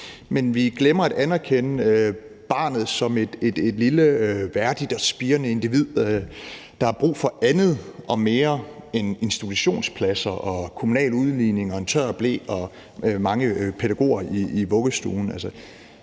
men vi glemmer at anerkende barnet som et lille værdigt og spirende individ, og der er brug for andet og mere end institutionspladser, kommunal udligning, en tør ble og mange pædagoger i vuggestuen.